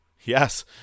Yes